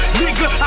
nigga